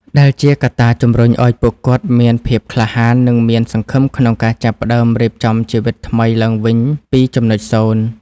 ដែលជាកត្តាជំរុញឱ្យពួកគាត់មានភាពក្លាហាន និងមានសង្ឃឹមក្នុងការចាប់ផ្ដើមរៀបចំជីវិតថ្មីឡើងវិញពីចំណុចសូន្យ។